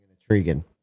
intriguing